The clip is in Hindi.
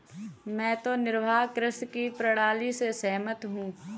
मैं तो निर्वाह कृषि की प्रणाली से सहमत हूँ